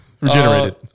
Regenerated